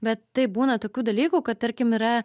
bet taip būna tokių dalykų kad tarkim yra